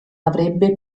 avrebbe